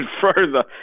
further